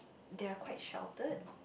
they are quite sheltered